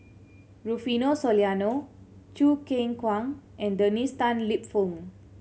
Rufino Soliano Choo Keng Kwang and Dennis Tan Lip Fong